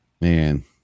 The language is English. man